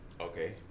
Okay